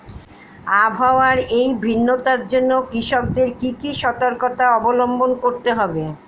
আবহাওয়ার এই ভিন্নতার জন্য কৃষকদের কি কি সর্তকতা অবলম্বন করতে হবে?